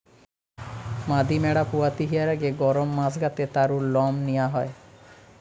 মাদি ম্যাড়া পুয়াতি হিয়ার আগে গরম মাস গা তে তারুর লম নিয়া হয়